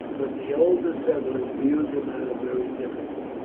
but the older settlers viewed the matter very differently.